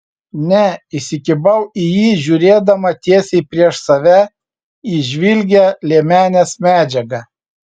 ne įsikibau į jį žiūrėdama tiesiai prieš save į žvilgią liemenės medžiagą